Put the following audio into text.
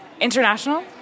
International